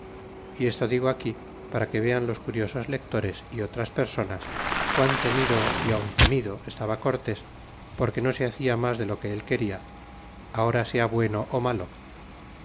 y esto digo aquí para que vean los curiosos lectores é otras personas quan tenido y aun temido estaba cortés porque no se hacia mas de lo que él queda ahora sea bueno ó malo